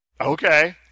Okay